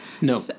No